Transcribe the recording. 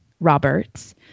Roberts